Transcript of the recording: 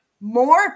more